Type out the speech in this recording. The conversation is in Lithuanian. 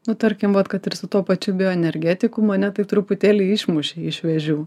nu tarkim vat kad ir su tuo pačių bioenergetiku mane tai truputėlį išmušė iš vėžių